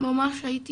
ממש הייתי